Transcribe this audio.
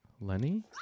Lenny